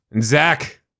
Zach